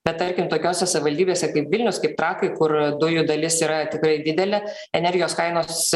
bet tarkim tokiose savivaldybėse kaip vilnius kaip trakai kur dujų dalis yra tikrai didelė energijos kainos